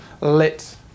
lit